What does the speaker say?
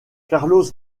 carlos